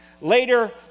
Later